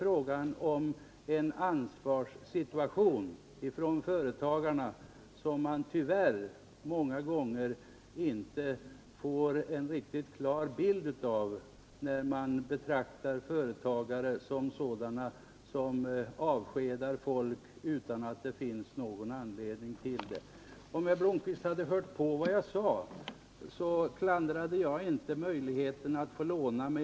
Man ger tyvärr en felaktig bild av det ansvar som företagarna känner när man gör gällande att de avskedar folk utan att det egentligen finns någon anledning härtill. Om herr Blomkvist hade lyssnat på vad jag sade hade han funnit att jag inte kritiserade möjligheterna att låna.